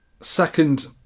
second